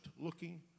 looking